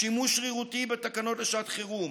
שימוש שרירותי בתקנות לשעת חירום,